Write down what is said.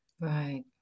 Right